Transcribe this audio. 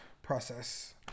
process